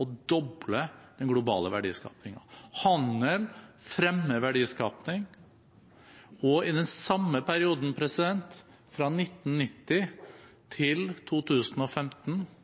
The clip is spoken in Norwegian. å doble den globale verdiskapingen. Handel fremmer verdiskaping. I den samme perioden, fra 1990 til 2015,